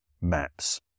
maps